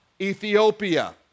Ethiopia